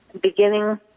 beginning